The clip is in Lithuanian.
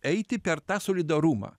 eiti per tą solidarumą